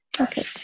Okay